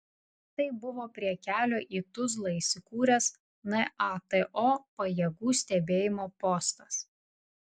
tai buvo prie kelio į tuzlą įsikūręs nato pajėgų stebėjimo postas